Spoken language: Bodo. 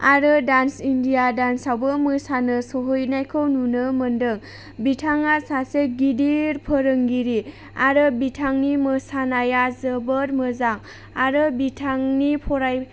आरो दान्स इन्दिया दान्स आवबो मोसानो सौहैनायखौ नुनो मोन्दों बिथाङा सासे गिदिर फोरोंगिरि आरो बिथांनि मोसानाया जोबोद मोजां आरो बिथांनि फराय